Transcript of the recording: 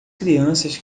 crianças